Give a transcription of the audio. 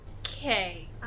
Okay